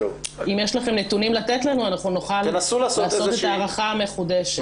אם יש לכם נתונים לתת לנו אנחנו נוכל לעשות את ההערכה המחודשת.